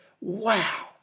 wow